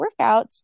workouts